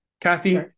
Kathy